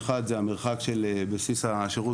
הראשון הוא המרחק של בסיס השירות,